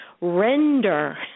render